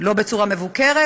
לא בצורה מבוקרת,